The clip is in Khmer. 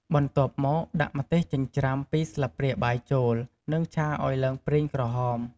បន្ទាប់មកដាក់ម្ទេសចិញ្ច្រាំ ២ស្លាបព្រាបាយចូល និងឆាឱ្យឡើងប្រេងក្រហម។